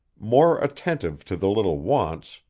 more attentive to the little wants,